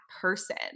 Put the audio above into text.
person